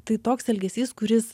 tai toks elgesys kuris